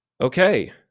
Okay